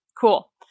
cool